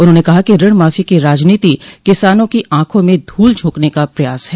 उन्होंने कहा कि ऋण माफी की राजनीति किसानों की आंखों में धूल झोंकने का प्रयास है